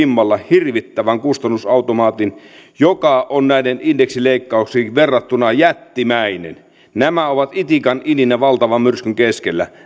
vimmalla hirvittävän kustannusautomaatin joka on näihin indeksileikkauksiin verrattuna jättimäinen nämä indeksileikkaukset ovat itikan ininä valtavan myrskyn keskellä